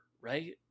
right